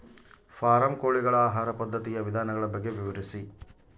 Form ಕೋಳಿಗಳ ಆಹಾರ ಪದ್ಧತಿಯ ವಿಧಾನಗಳ ಬಗ್ಗೆ ವಿವರಿಸಿ?